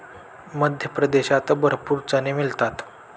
मध्य प्रदेशात भरपूर चणे मिळतात